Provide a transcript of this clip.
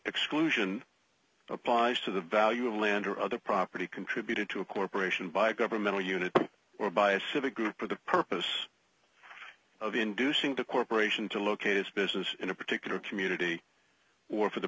exclusion applies to the value of land or other property contributed to a corporation by governmental unit or by a civic group for the purpose of inducing the corporation to locate his business in a particular community or for the